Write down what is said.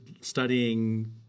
studying